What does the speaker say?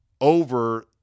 over